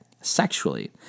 sexually